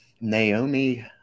naomi